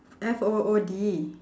F O O D